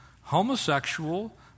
homosexual